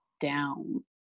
down